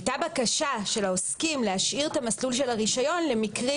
הייתה בקשה של העוסקים להשאיר את מסלול הרשיון למקרים